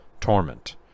torment